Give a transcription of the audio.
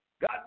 God